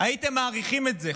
הייתם מעריכים את זה,